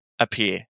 Appear